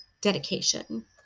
dedication